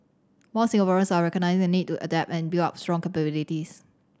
more Singaporeans are recognising the need to adapt and build up strong capabilities